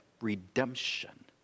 redemption